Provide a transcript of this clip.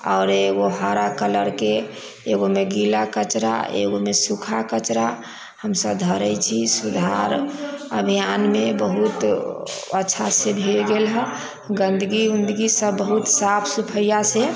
आओर एगो हरा कलरके एगोमे गीला कचड़ा एगोमे सूखा कचड़ा हमसभ धरै छी सुधार अभियानमे बहुत अच्छासँ भिड़ गेल हइ गन्दगी ऊन्दगी सभ बहुत साफ सफैआसँ